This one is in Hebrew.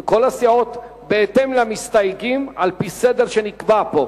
כל הסיעות, בהתאם למסתייגים, על-פי סדר שנקבע פה.